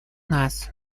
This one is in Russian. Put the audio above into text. нас